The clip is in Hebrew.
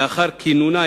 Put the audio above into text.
לאחר כינונה,